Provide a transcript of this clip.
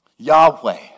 Yahweh